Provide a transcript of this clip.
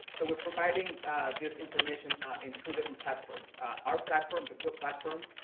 so, we're providing this information in two different platforms. our platform, the till platform,